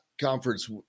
conference